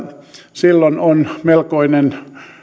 silloin on melkoinen